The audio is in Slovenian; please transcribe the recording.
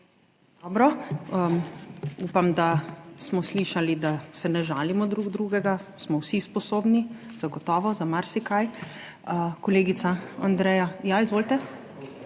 Dobro.Upam, da smo slišali, da ne žalimo drug drugega, vsi smo sposobni, zagotovo, za marsikaj. Kolegica Andreja …/